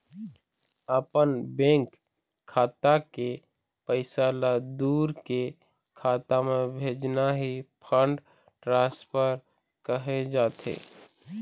अपन बेंक खाता के पइसा ल दूसर के खाता म भेजना ही फंड ट्रांसफर कहे जाथे